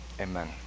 amen